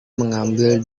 mengambil